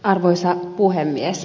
arvoisa puhemies